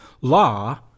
Law